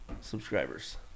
subscribers